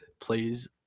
Please